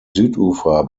südufer